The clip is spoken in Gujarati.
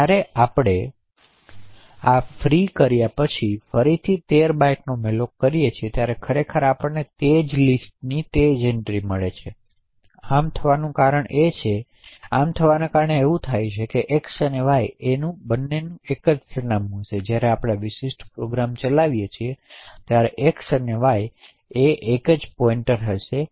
જ્યારે આપણે આ ફ્રી પછી ફરીથી 13 બાઇટ્સનો મેલોક કરીએ છીએ ત્યારે તે ખરેખર તે જ લિસ્ટની એન્ટ્રી મેળવશે આમ થાય છે કે એક્સ અને વાય એ જ સરનામું મેળવશે જ્યારે આપણે આ વિશિષ્ટ પ્રોગ્રામ ચલાવીએ ત્યારે આપણે એક્સ અને વાય એ જ પોઇન્ટિંગ મેળવીશું